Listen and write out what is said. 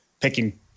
picking